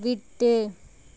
விட்டு